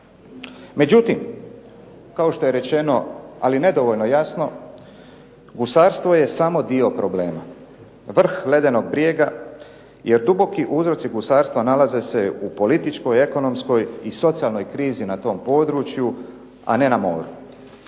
Međutim, kao što je rečeno ali nedovoljno jasno gusarstvo je samo dio problema, vrh ledenog brijega, jer duboki uzroci gusarstva nalaze se u političkoj, ekonomskoj i socijalnoj krizi na tom području, a ne na moru.